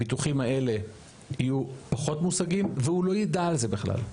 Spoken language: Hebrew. הביטוחים האלה יהיו פחות מושגים והוא לא ידע על זה בכלל.